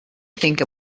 think